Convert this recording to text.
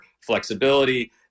flexibility